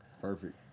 perfect